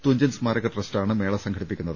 തുഞ്ചൻ സ്മാരക ട്രസ്റ്റാണ് മേള സംഘടിപ്പിക്കുന്നത്